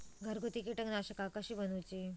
घरगुती कीटकनाशका कशी बनवूची?